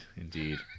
indeed